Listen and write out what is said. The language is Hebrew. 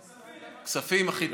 ועדת כספים הכי טוב.